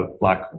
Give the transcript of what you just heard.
black